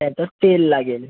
त्यातच तेल लागेल